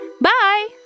Bye